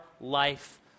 life